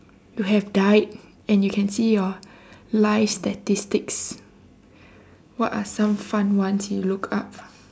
you have died and you can see your life statistics what are some fun ones you look up